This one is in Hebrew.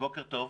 בוקר טוב,